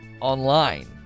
online